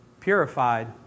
Purified